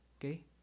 Okay